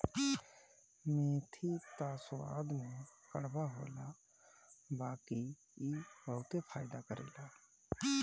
मेथी त स्वाद में कड़वा होला बाकी इ बहुते फायदा करेला